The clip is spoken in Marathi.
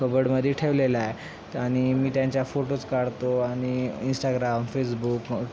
कबडमध्ये ठेवलेला आहे आणि मी त्यांच्या फोटोज काढतो आणि इंस्टाग्राम फेसबुक